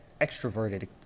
extroverted